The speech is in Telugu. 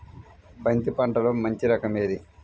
బంతి పంటలో మంచి రకం ఏది?